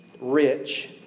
rich